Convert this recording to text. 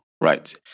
right